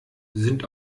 sind